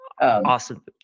Awesome